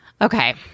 okay